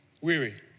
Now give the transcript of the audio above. weary